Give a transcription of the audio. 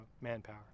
manpower